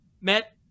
met